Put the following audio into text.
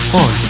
on